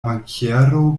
bankiero